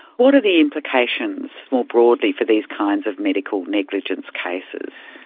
what are the implications, more broadly, for these kinds of medical negligence cases?